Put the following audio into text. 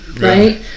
right